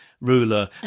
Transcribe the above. ruler